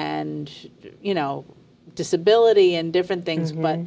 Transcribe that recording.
and you know disability and different things when